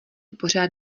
pořád